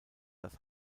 das